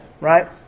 Right